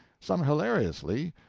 some hilariously,